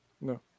no